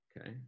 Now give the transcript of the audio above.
okay